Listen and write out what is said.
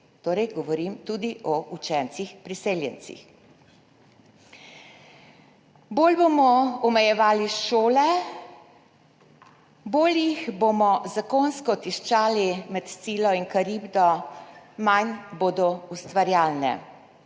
Torej, govorim tudi o učencih priseljencih. Bolj bomo omejevali šole, bolj jih bomo zakonsko tiščali med Scilo in Karibdo, manj bodo ustvarjalne.